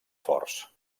forts